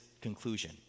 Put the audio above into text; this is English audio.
conclusion